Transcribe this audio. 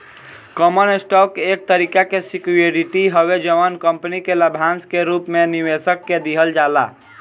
common stock एक तरीका के सिक्योरिटी हवे जवन कंपनी के लाभांश के रूप में निवेशक के दिहल जाला